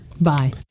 Bye